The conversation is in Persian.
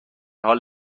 حال